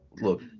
look